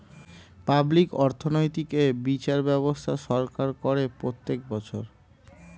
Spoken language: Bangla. পাবলিক অর্থনৈতিক এ বিচার ব্যবস্থা সরকার করে প্রত্যেক বছর